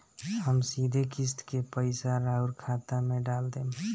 हम सीधे किस्त के पइसा राउर खाता में डाल देम?